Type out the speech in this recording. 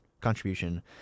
contribution